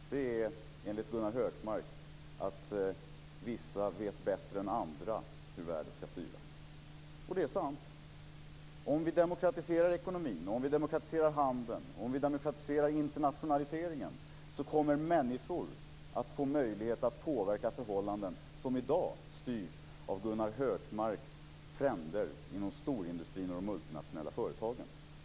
Fru talman! Demokrati är enligt Gunnar Hökmark att vissa vet bättre än andra hur världen ska styras. Det är sant. Om vi demokratiserar ekonomin, om vi demokratiserar handeln och om vi demokratiserar internationaliseringen kommer människor att få möjlighet att påverka förhållanden som i dag styrs av Gunnar Hökmarks fränder inom storindustrin och de multinationella företagen.